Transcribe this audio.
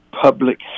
public